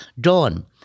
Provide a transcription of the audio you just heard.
Dawn